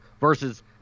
versus